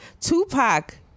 tupac